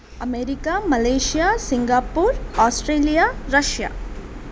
America Malaysia Singapore Australia Russia